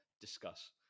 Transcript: discuss